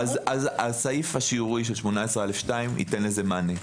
הסעיף השיורי של 18א2 ייתן לזה מענה.